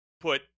put